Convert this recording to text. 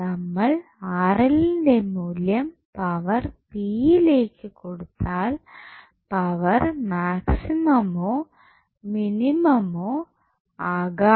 നമ്മൾ ന്റെ മൂല്യം പവർ p യിലേക്ക് കൊടുത്താൽ പവർ മാക്സിമമോ മിനിമമോ ആകാം